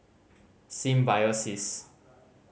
Symbiosis